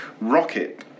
rocket